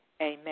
Amen